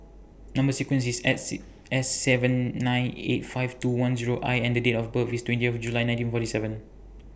Number sequence IS S Say S seven nine eight five two one Zero I and The Date of birth IS twenty of July nineteen forty seven